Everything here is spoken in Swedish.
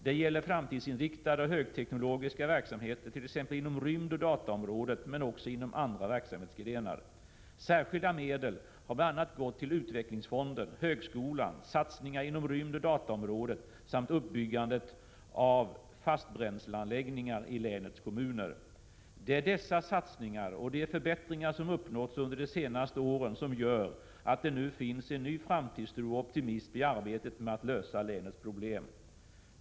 Det gäller framtidsinriktade och högteknologiska verksamheter t.ex. inom rymdoch dataområdet men också inom andra verksamhetsgrenar. Särskilda medel har bl.a. gått till utvecklingsfonden, högskolan, satsningar inom rymdoch dataområdet samt uppbyggandet av fastbränsleanläggningar i länets kommuner. Det är dessa satsningar och de förbättringar som uppnåtts under de senaste åren som gör att det nu finns en ny framtidstro och optimism i arbetet med att lösa länets problem.